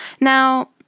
Now